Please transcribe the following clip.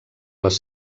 les